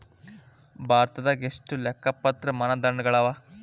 ಭಾರತದಾಗ ಎಷ್ಟ ಲೆಕ್ಕಪತ್ರ ಮಾನದಂಡಗಳವ?